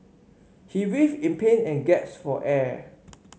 he writhed in pain and gasped for air